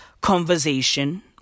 conversation